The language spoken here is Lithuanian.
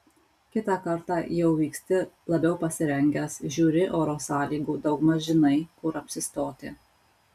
kitą kartą jau vyksti labiau pasirengęs žiūri oro sąlygų daugmaž žinai kur apsistoti